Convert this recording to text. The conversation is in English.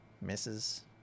Misses